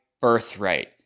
birthright